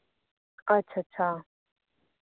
अच्छा अच्छा